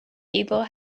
people